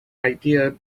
idea